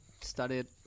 started